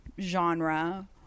genre